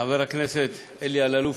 חבר הכנסת אלי אלאלוף,